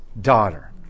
daughter